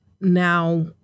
now